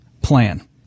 plan